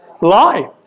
Lie